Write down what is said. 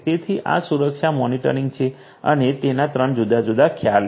તેથી આ સુરક્ષા મોનિટરિંગ છે અને તેના ત્રણ જુદા જુદા ખ્યાલ છે